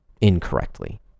incorrectly